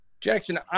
Jackson